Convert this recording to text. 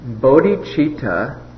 Bodhicitta